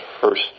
first